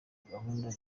gahunda